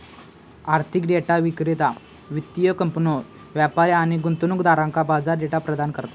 आर्थिक डेटा विक्रेता वित्तीय कंपन्यो, व्यापारी आणि गुंतवणूकदारांका बाजार डेटा प्रदान करता